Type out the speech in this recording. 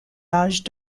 large